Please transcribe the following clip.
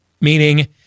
meaning